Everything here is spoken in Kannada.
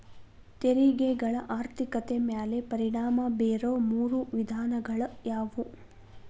ತೆರಿಗೆಗಳ ಆರ್ಥಿಕತೆ ಮ್ಯಾಲೆ ಪರಿಣಾಮ ಬೇರೊ ಮೂರ ವಿಧಾನಗಳ ಯಾವು